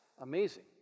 amazing